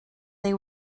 they